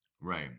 Right